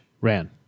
Ran